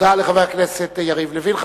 תודה לחבר הכנסת יריב לוין.